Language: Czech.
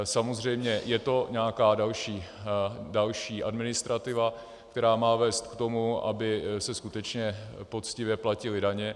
Samozřejmě je to nějaká další administrativa, která má vést k tomu, aby se skutečně poctivě platily daně.